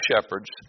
shepherds